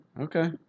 Okay